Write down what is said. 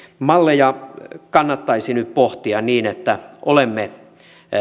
malleja kannattaisi nyt pohtia niin että olemme